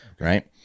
right